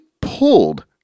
pulled